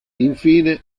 infine